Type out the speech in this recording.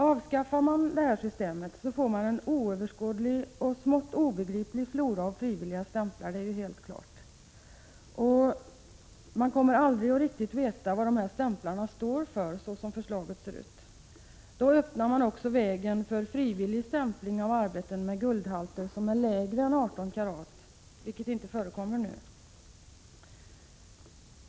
Avskaffar man det nuvarande systemet får man en oöverskådlig och smått obegriplig flora av frivilliga stämplar — det är helt klart. Man kommer aldrig riktigt att veta vad dessa stämplar står för, så som förslaget ser ut. Då öppnar man också vägen för frivillig stämpling av arbeten med guldhalter som är lägre än 18 karat, vilket inte förekommer nu.